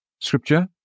Scripture